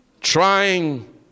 trying